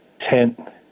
tent